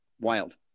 Wild